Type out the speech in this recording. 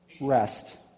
rest